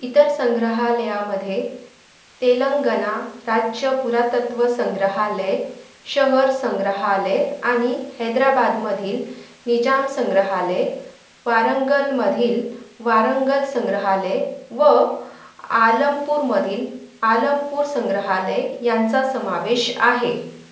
इतर संग्रहालयांमध्ये तेलंगणा राज्य पुरातत्व संग्रहालय शहर संग्रहालय आणि हैदराबादमधील निजाम संग्रहालय वारंगळमधील वारंगळल संग्रहालय व आलमपूरमधील आलमपूर संग्रहालय यांचा समावेश आहे